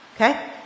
Okay